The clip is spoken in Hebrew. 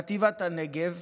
חטיבת הנגב,